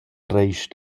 rest